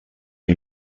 que